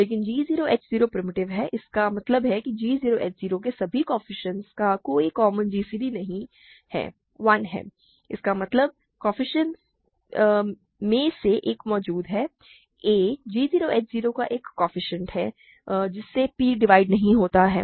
लेकिन g 0 h 0 primitive है इसका मतलब है कि g 0 h 0 के सभी कोएफ़िशिएंट्स का कोई कॉमन gcd नहीं है 1 है इसका मतलब है कोएफ़िशिएंट्स में से एक मौजूद है a g 0 h 0 का एक कोएफ़िशिएंट है जिससे p डिवाइड नहीं होता है